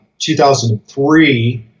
2003